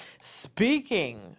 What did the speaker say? Speaking